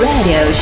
Radio